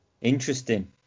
Interesting